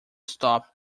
stop